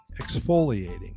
exfoliating